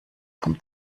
vom